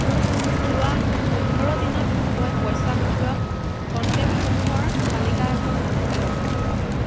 মোক যোৱা পোন্ধৰ দিনত মই পইচা পঠিওৱা কণ্টেক্টসমূহৰ তালিকা এখন দিয়ক